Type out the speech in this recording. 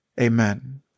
Amen